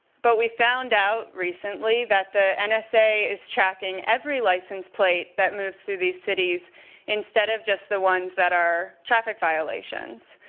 but we found out recently that the and nsa is tracking every license plate that moves through these cities instead of just the ones that are traffic violations.